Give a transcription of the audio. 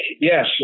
Yes